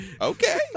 okay